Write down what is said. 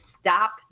stop